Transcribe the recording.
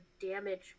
damage